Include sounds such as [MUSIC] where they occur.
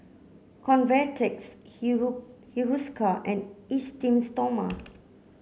Convatec [UNINTELLIGIBLE] Hiruscar and Esteem Stoma